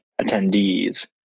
attendees